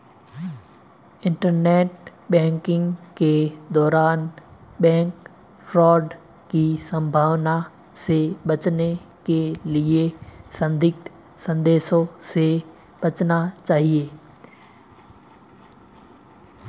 internet banking के दौरान bank fraud की संभावना से बचने के लिए संदिग्ध संदेशों से बचना चाहिए